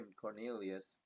Cornelius